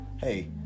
hey